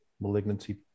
malignancy